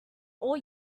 all